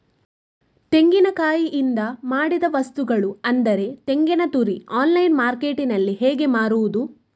ತೆಂಗಿನಕಾಯಿಯಿಂದ ಮಾಡಿದ ವಸ್ತುಗಳು ಅಂದರೆ ತೆಂಗಿನತುರಿ ಆನ್ಲೈನ್ ಮಾರ್ಕೆಟ್ಟಿನಲ್ಲಿ ಹೇಗೆ ಮಾರುದು?